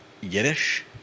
Yiddish